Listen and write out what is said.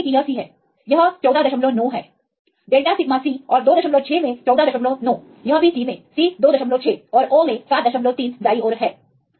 तो हम देखते हैं कि यह C है यह 149 है डेल्टा सिग्मा c और 26 में 149 यह भी C में C 26 और O में 73 दाईं ओर है